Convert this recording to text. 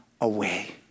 away